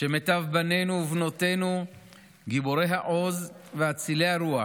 שמיטב בנינו ובנותינו גיבורי העוז ואצילי הרוח